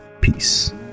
Peace